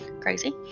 crazy